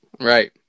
Right